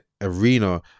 arena